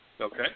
Okay